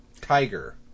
tiger